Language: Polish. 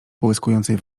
połyskującej